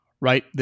Right